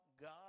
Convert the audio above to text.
God